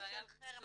של חרם הצרכנים.